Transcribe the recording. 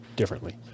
differently